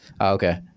okay